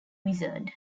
wizard